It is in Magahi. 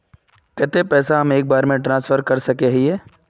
केते पैसा हम एक बार ट्रांसफर कर सके हीये?